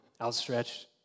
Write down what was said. outstretched